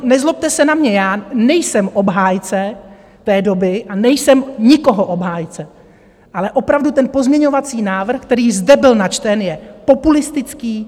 Nezlobte se na mě, já nejsem obhájce té doby a nejsem nikoho obhájce, ale opravdu, ten pozměňovací návrh, který zde byl načten, je populistický.